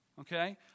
Okay